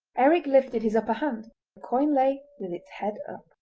eric lifted his upper hand the coin lay with its head up.